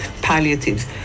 palliatives